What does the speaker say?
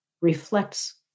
reflects